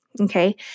Okay